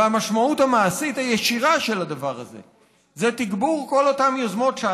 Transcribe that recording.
והמשמעות המעשית הישירה של הדבר הזה היא תגבור כל אותן יוזמות,